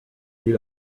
est